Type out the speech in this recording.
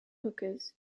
hookahs